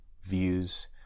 views